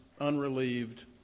unrelieved